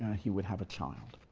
he would have a child.